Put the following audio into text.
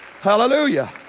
Hallelujah